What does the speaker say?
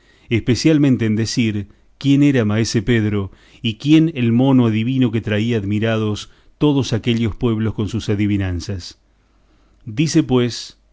especialmente en decir quién era maese pedro y quién el mono adivino que traía admirados todos aquellos pueblos con sus adivinanzas dice pues